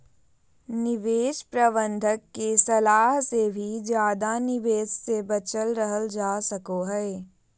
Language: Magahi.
निवेश प्रबंधक के सलाह से भी ज्यादा निवेश से बचल रहल जा सको हय